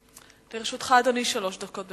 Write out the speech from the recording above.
לרשותך, אדוני, שלוש דקות.